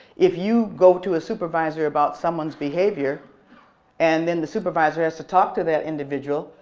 if you go to a supervisor about someone's behavior and then the supervisor has to talk to that individual,